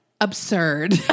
absurd